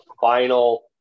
final